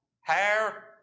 hair